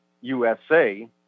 USA